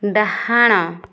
ଡାହାଣ